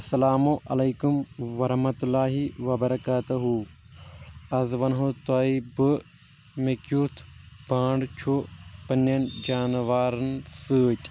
اسلام علیکم وَرحمت اللہِ وَبرکاتہٗ آز ونہو تۄہہِ بہِ مےٚ کیُتھ بانڈ چھُ پننین جاناوارن سۭتۍ